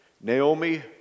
Naomi